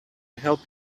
help